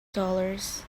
dollars